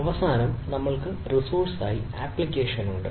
അവസാനം നമ്മൾക്ക് റിസോഴ്സായി ആപ്ലിക്കേഷൻ ഉണ്ട്